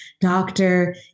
doctor